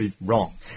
wrong